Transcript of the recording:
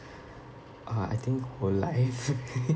uh I think whole life